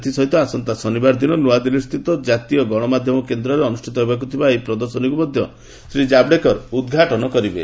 ଏଥିସହିତ ଆସନ୍ତା ଶନିବାର ଦିନ ନୂଆଦିଲ୍ଲୀସ୍ଥିତ କାତୀୟ ଗଣମାଧୟମ କେନ୍ଦ୍ରରେ ଅନୁଷ୍ଠିତ ହେବାକୁ ଥିବା ଏହି ପ୍ରଦର୍ଶନୀକୁ ମଧ୍ୟ ଶ୍ରୀ ଜାବଡେକର ଉଦ୍ଘାଟନ କରିବେ